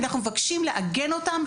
אנחנו מבקשים לעגן אותם,